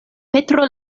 petro